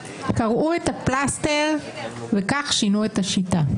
קרעו את הפלסטר, וכך שינו את השיטה.